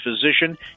physician